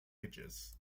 ages